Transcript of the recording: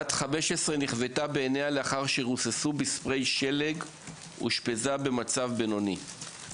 בת 15 נכוותה בעיניה לאחר שרוססו בספריי שלג ואושפזה במצב בינוני,